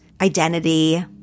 identity